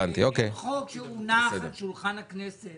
אין חוק שהונח על שולחן הכנסת